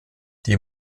die